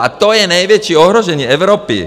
A to je největší ohrožení Evropy!